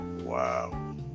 wow